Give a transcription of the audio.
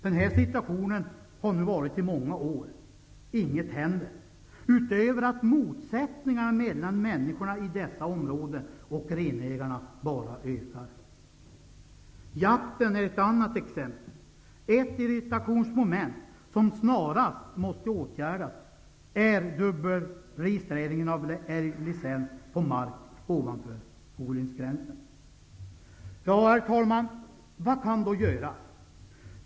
Den här situationen har vi nu haft i många år, inget händer, utöver att motsättningarna mellan människorna i dessa områden och renägarna bara ökar. Jakten är ett annat exempel på tvistefrågor. Ett irrationsmoment som snarast måste åtgärdas är dubbelregistreringen av älglicens på mark ovanför odlingsgränsen. Vad kan då göras?